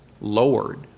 lowered